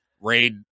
raid